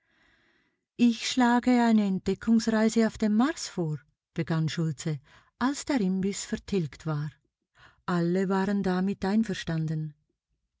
ich schlage eine entdeckungsreise auf dem mars vor begann schultze als der imbiß vertilgt war alle waren damit einverstanden